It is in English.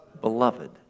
beloved